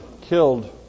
killed